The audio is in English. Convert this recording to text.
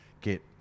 get